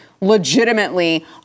legitimately